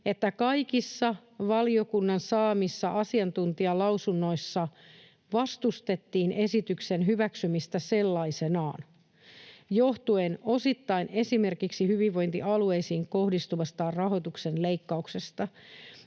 että kaikissa valiokunnan saamissa asiantuntijalausunnoissa vastustettiin esityksen hyväksymistä sellaisenaan johtuen osittain esimerkiksi hyvinvointialueisiin kohdistuvasta rahoituksen leikkauksesta.